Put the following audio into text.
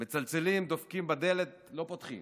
מצלצלים, דופקים בדלת, לא פותחים.